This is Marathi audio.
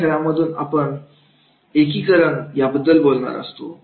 या खेळामधून आपण एकींकरण बद्दल बोलणार आहोत